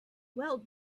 well